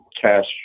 cash